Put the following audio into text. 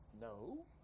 No